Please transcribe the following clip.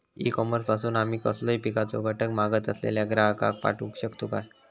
E commerce पासून आमी कसलोय पिकाचो घटक मागत असलेल्या ग्राहकाक पाठउक शकतू काय?